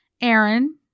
Aaron